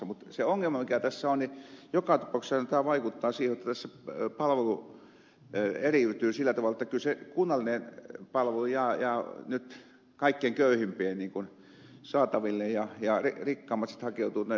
mutta se ongelma tässä on että joka tapauksessahan tämä vaikuttaa siihen jotta tässä palvelu eriytyy sillä tavalla että kunnallinen palvelu jää nyt kaikkein köyhimpien saataville ja rikkaammat sitten hakeutuvat sinne yksityiselle